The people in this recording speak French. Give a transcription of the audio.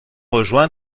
rejoints